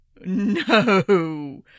No